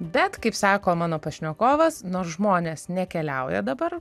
bet kaip sako mano pašnekovas nors žmonės nekeliauja dabar